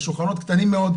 השולחנות קטנים מאוד,